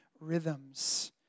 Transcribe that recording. rhythms